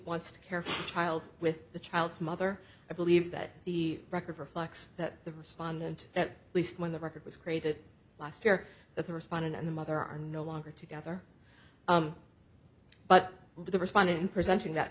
wants to care for child with the child's mother i believe that the record reflects that the respondent at least when the record was created last year that the respondent and the mother are no longer together but the responding presenting that